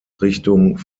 richtung